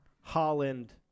Holland